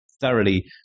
thoroughly